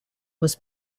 was